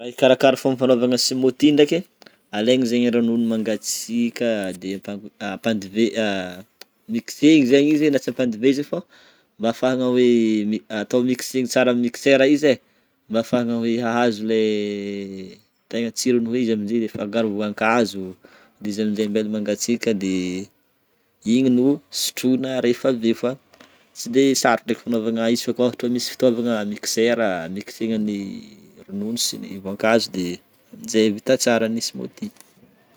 Raha hikarahakaraha ny fomba fagnanovagna smoothie ndreky, alegny zegny ronono magnatsiaka de mixena zegny izy na tsy ampandivezigna fô mba afahagna hoe atao mixena tsara amin'ny mixera izy e mba afahagna hoe ahazo le tegna tsirony hoe amzay, afagnaro voankazo de izy aminje ambela magnatsiaka de igny no sotrona rehefa avy eo fa tsy de sarotro ndreka fagnanovagna izy fa ohatra misy fitôvagna mixera mixenan'ny ronono sy voankazo de amin'ize vita tsara ny smoothie.